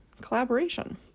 collaboration